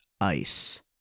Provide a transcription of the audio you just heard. ice